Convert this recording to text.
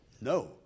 No